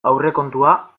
aurrekontua